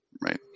right